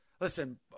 listen